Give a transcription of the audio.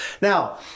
Now